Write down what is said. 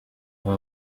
aba